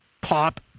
pop